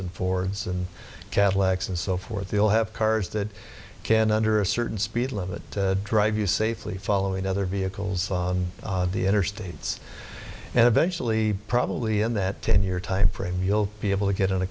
and four and cadillacs and so forth they all have cars that can under a certain speed limit drive you safely following other vehicles on the interstates and eventually probably in that ten year time frame you'll be able to get on a